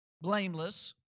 blameless